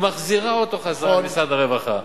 היא מחזירה אותו למשרד הרווחה.